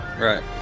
right